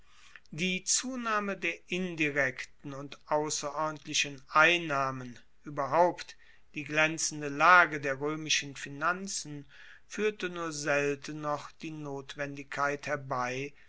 die zunahme der indirekten und ausserordentlichen einnahmen ueberhaupt die glaenzende lage der roemischen finanzen fuehrte nur selten noch die notwendigkeit herbei